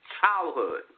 childhood